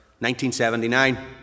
1979